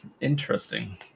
Interesting